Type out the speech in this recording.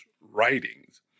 writings